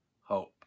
hope